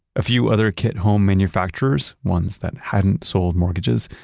a few other kit home manufacturers, ones that hadn't sold mortgages,